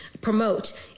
promote